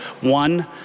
one-